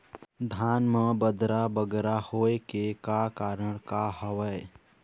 धान म बदरा बगरा होय के का कारण का हवए?